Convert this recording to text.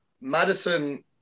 Madison